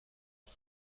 این